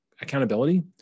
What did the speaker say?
accountability